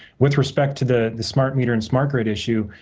with respect to the the smart meter and smart grid issue,